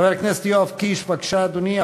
חבר הכנסת יואב קיש, בבקשה, אדוני.